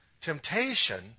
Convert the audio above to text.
temptation